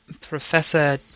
Professor